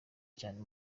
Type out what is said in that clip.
cyane